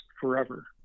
forever